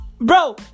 Bro